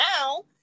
now